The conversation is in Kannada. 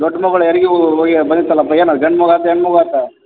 ದೊಡ್ಡ ಮಗ್ಳು ಹೆರ್ಗಿ ಹೋಗಿ ಬಂದಿತ್ತಲ್ಲಪ್ಪ ಏನು ಗಂಡು ಮಗು ಆಯ್ತ ಹೆಣ್ಣು ಮಗು ಆಯ್ತ